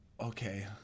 Okay